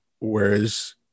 whereas